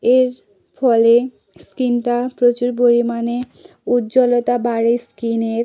এর ফলে স্কিনটা প্রচুর পরিমাণে উজ্জ্বলতা বাড়ে স্কিনের